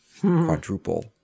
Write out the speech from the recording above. quadruple